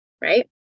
right